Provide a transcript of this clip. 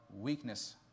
weakness